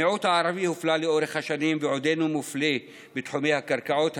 המיעוט הערבי הופלה לאורך השנים ועודנו מופלה בתחומי הקרקעות,